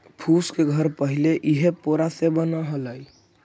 फूस के घर पहिले इही पोरा से बनऽ हलई